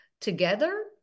together